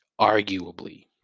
Arguably